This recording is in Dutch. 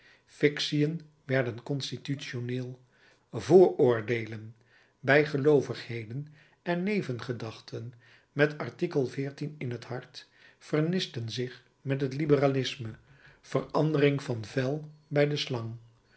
fictiën werden constitutioneel vooroordeelen bijgeloovigheden en nevengedachten met in het hart vernisten zich met het liberalisme verandering van vel bij de slang